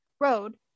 road